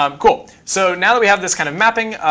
um cool. so now that we have this kind of mapping,